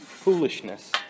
foolishness